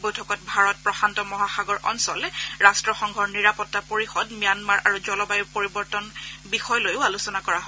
বৈঠকত ভাৰত প্ৰশান্ত মহাসাগৰ অঞ্চল ৰাট্টসংঘৰ নিৰাপত্ত পৰিষদ ম্যানমাৰ আৰু জলবায়ু পৰিৱৰ্তনৰ বিষয়লৈও আলোচনা কৰা হয়